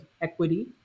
equity